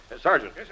Sergeant